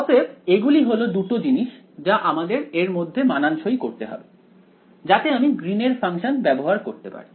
অতএব এগুলি হল দুটো জিনিস যা আমাদের এর মধ্যে মানানসই করতে হবে যাতে আমি গ্রীন এর ফাংশন ব্যবহার করতে পারি